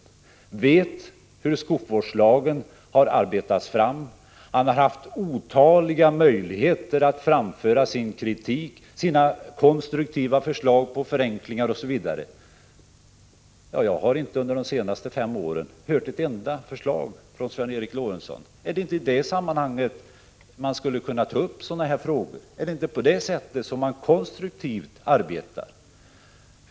Han vet hur skogsvårdslagen har arbetats fram, han har haft otaliga möjligheter att framföra sin kritik, sina konstruktiva förslag till förenklingar osv. Jag har inte under de senaste fem åren hört ett enda förslag från Sven Eric Lorentzon. Är det inte i det sammanhanget man skulle kunna ta upp sådana frågor? Är det inte på det sättet som man konstruktivt arbetar?